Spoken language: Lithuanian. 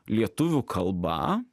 lietuvių kalba